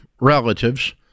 relatives